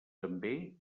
també